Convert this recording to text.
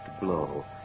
blow